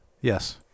Yes